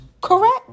Correct